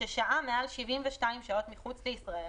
ששהה מעל 72 שעות מחוץ לישראל